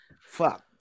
fuck